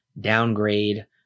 downgrade